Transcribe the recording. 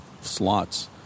slots